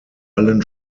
allen